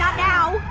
now!